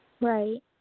Right